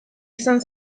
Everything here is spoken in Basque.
izan